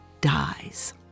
dies